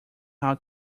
how